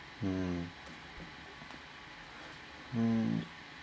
um um